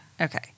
Okay